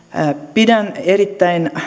pidän erittäin